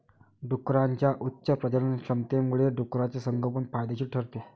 डुकरांच्या उच्च प्रजननक्षमतेमुळे डुकराचे संगोपन फायदेशीर ठरते